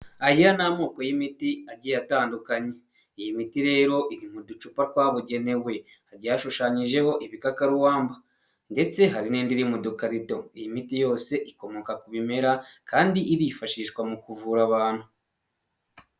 Aya ni amoko y'imiti agiye atandukanye, iyi miti rero iri mu ducupa twabugenewe, hagiye hashushanyijeho ibikakaruwamba, ndetse hari n'indi iri mu dukarido iyi miti yose ikomoka ku bimera kandi irifashishwa mu kuvura abantu.